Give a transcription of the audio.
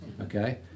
okay